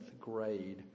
grade